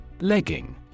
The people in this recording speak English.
Legging